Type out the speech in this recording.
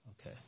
Okay